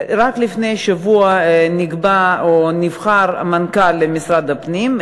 רק לפני שבוע נקבע או נבחר מנכ"ל למשרד הפנים,